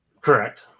Correct